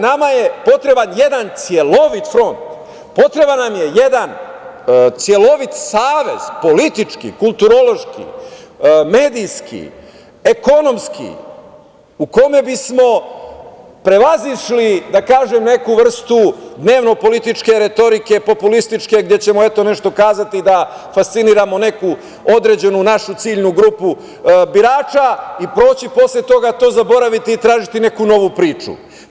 Nama je potreban jedan celovit front, potreban nam je jedan celovit savez, politički, kulturološki, medijski, ekonomski, kome bismo prevazišli neku vrstu dnevno političke retorike, populističke, gde ćemo eto nešto kazati da fasciniramo neku našu određenu ciljnu grupu birača i proći posle toga, to zaboraviti i tražiti neku novu priču.